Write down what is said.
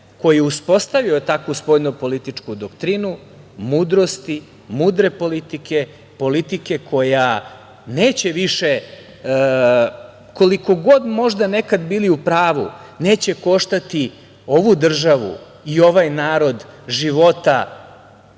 koji je uspostavio takvu spoljnopolitičku doktrinu, mudrosti, mudre politike, politike koja neće više, koliko god možda nekad bili u pravu, neće koštati ovu državu i ovaj narod